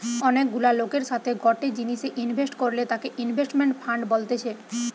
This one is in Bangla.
অনেক গুলা লোকের সাথে গটে জিনিসে ইনভেস্ট করলে তাকে ইনভেস্টমেন্ট ফান্ড বলতেছে